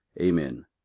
Amen